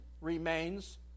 remains